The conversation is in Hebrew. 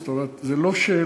זאת אומרת, זו לא שאלה.